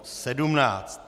17.